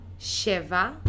Sheva